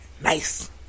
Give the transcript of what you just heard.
nice